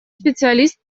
специалист